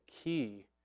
key